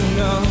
no